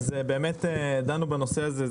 באמת דנו בנושא הזה.